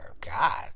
God